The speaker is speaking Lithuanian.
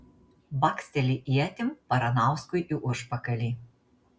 baksteli ietim baranauskui į užpakalį